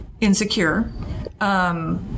insecure